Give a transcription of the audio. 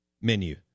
menu